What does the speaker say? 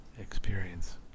experience